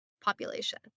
population